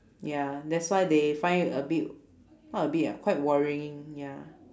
ya that's why they find it a bit not a bit ah quite worrying ya